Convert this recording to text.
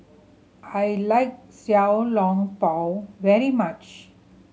I like Xiao Long Bao very much